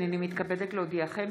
הינני מתכבדת להודיעכם,